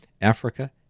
Africa